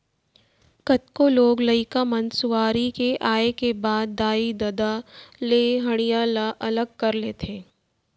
कतको लोग लइका मन सुआरी के आए के बाद दाई ददा ले हँड़िया ल अलग कर लेथें